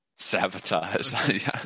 sabotage